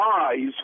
eyes